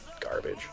garbage